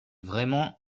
vraiment